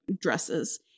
dresses